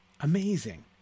amazing